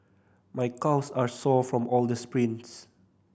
my calves are sore from all the sprints